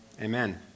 Amen